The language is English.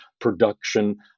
production